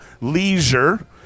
leisure